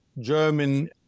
German